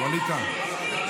ווליד טאהא.